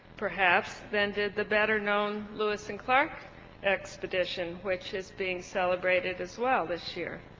perhaps than did the better-known lewis and clark expedition which is being celebrated as well this year.